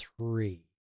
three